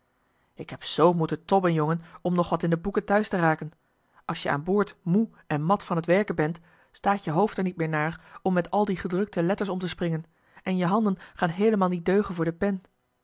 k heb zoo moeten tobben jongen om nog wat in de boeken thuis te raken als je aan boord moe en mat van t werken bent staat je hoofd er niet meer naar om met al die gedrukte letters om te springen en je handen gaan heelemaal niet deugen voor de pen